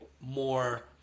more